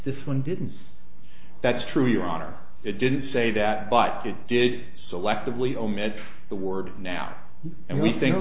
this one didn't say that's true your honor it didn't say that but it did selectively omit the word now and we think